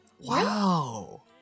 Wow